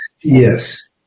Yes